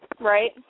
Right